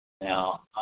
Now